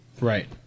Right